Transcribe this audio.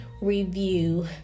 review